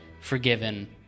forgiven